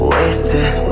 Wasted